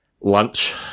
lunch